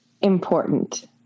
important